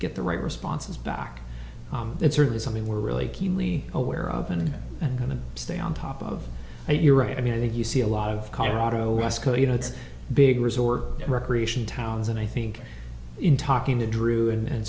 get the right responses back it's certainly something we're really keenly aware of and and going to stay on top of a year i mean i think you see a lot of colorado roscoe you know it's big resort recreation towns and i think in talking to drew and